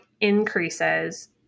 increases